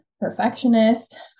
perfectionist